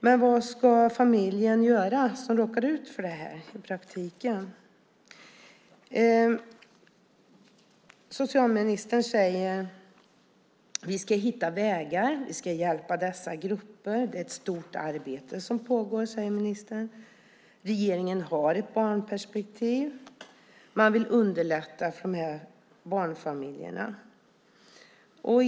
Men vad ska familjen göra som råkar ut för det här i praktiken? Socialministern säger att vi ska hitta vägar och hjälpa dessa grupper och att det är ett stort arbete som pågår. Regeringen har ett barnperspektiv. Man vill underlätta för barnfamiljerna, säger socialministern.